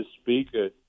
speaker